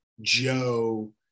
Joe